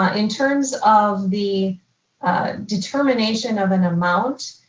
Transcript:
um in terms of the determination of an amount,